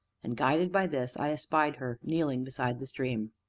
and, guided by this, i espied her kneeling beside the stream.